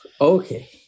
Okay